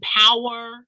power